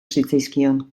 zitzaizkion